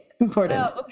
important